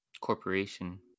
corporation